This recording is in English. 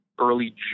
early